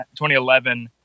2011